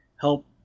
help